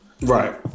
Right